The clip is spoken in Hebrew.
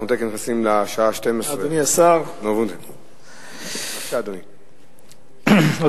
אנחנו תיכף נכנסים לשעה 24:00. אדוני היושב-ראש,